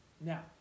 Now